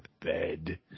bed